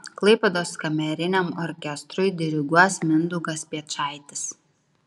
klaipėdos kameriniam orkestrui diriguos mindaugas piečaitis